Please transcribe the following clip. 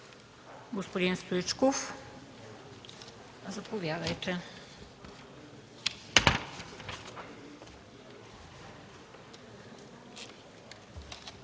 Господин Стоичков, заповядайте.